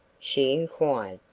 she inquired.